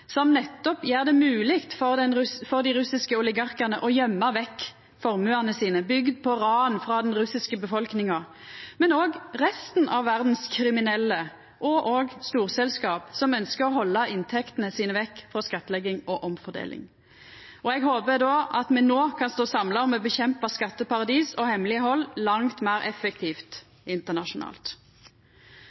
som nettopp gjer det mogleg for dei russiske oligarkane å gøyma vekk formuane sine, bygde på ran frå den russiske befolkninga – men òg mogleg for resten av verdas kriminelle og òg storselskap som ønskjer å halda inntektene sine vekke frå skattlegging og omfordeling. Eg håper då at me no kan stå samla om å kjempa mot skatteparadis og hemmeleghald langt meir effektivt internasjonalt.